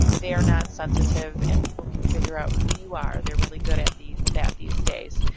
they are not sensitive and people can figure out who you are. they're really good at the that these days.